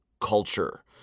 culture